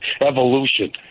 Evolution